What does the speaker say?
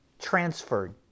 transferred